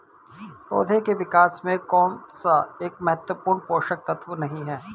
पौधों के विकास में कौन सा एक महत्वपूर्ण पोषक तत्व नहीं है?